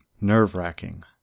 nerve-wracking